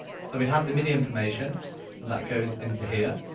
so we have the midi information and that goes into here